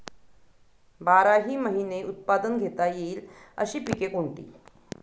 बाराही महिने उत्पादन घेता येईल अशी पिके कोणती?